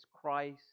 Christ